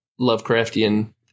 Lovecraftian